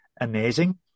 amazing